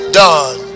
done